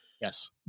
Yes